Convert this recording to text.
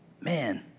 Man